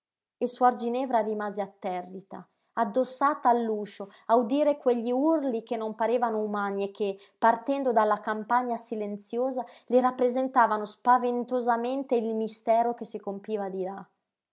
e suor ginevra rimase atterrita addossata all'uscio a udire quegli urli che non parevano umani e che partendo dalla compagna silenziosa le rappresentavano spaventosamente il mistero che si compiva di là